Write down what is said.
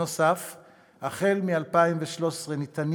נוסף על כך, החל ב-2013 ניתנים